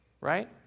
right